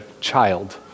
child